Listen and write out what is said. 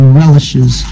relishes